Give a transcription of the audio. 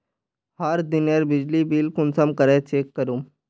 हर दिनेर बिजली बिल कुंसम करे चेक करूम?